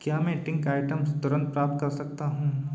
क्या मैं drink items तुरंत प्राप्त कर सकता हूँ